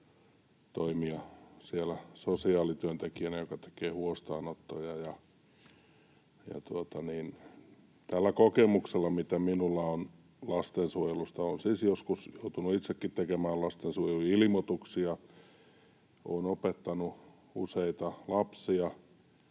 siellä sosiaalityöntekijänä, joka tekee huostaanottoja. Tällä kokemuksella, mitä minulla on lastensuojelusta — olen siis joskus joutunut itsekin tekemään lastensuojeluilmoituksia, olen opettanut useita lapsia,